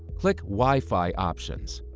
click wi-fi options.